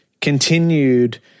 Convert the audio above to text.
continued